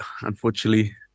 unfortunately